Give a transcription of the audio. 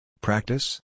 Practice